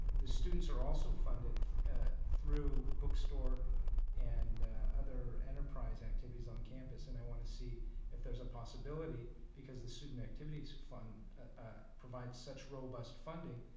the students are also funded through bookstore and other enterprise activities on campus and i want to see if there's a possibility because the student activities fund provide such robust funding,